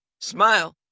Smile